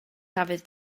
dafydd